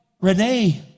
Renee